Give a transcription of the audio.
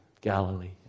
Galilee